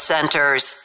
Centers